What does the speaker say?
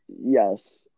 Yes